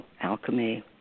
alchemy